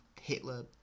Hitler